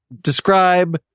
describe